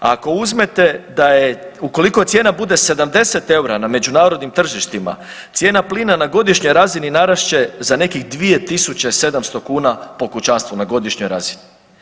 Ako uzmete da je, ukoliko cijena bude 70 eura na međunarodnim tržištima, cijena plina na godišnjoj razini narast će za nekih 2700 kuna po kućanstvu na godišnjoj razini.